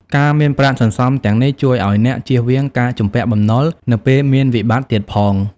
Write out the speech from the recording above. ការមានប្រាក់សន្សំទាំងនេះ ជួយឱ្យអ្នកជៀសវាងការជំពាក់បំណុលនៅពេលមានវិបត្តិទៀតផង។